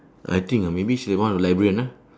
I think ah maybe she one of the librarian ah